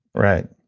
right.